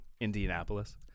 Indianapolis